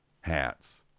hats